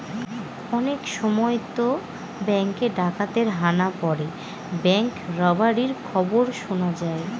অনেক সময়তো ব্যাঙ্কে ডাকাতের হানা পড়ে ব্যাঙ্ক রবারির খবর শোনা যায়